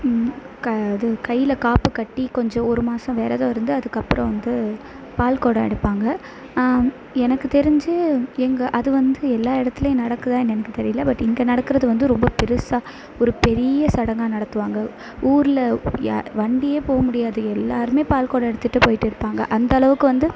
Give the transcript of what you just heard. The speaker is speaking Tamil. க இது கையில் காப்பு கட்டி கொஞ்சம் ஒரு மாதம் விரதம் இருந்து அதுக்கப்புறம் வந்து பால் குடம் எடுப்பாங்க எனக்கு தெரிஞ்சு எங்கள் அது வந்து எல்லா இடத்துலையும் நடக்குதா என்ன எனக்கு தெரியலை பட் இங்கே நடக்கிறது வந்து ரொம்ப பெருசாக ஒரு பெரிய சடங்காக நடத்துவாங்க ஊரில் யா வண்டியே போக முடியாது எல்லாேருமே பால் குடம் எடுத்துகிட்டு போய்கிட்டுருப்பாங்க அந்தளவுக்கு வந்து